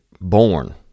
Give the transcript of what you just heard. born